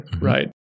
right